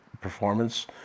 performance